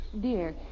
Dear